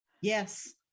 Yes